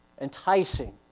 enticing